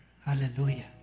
Hallelujah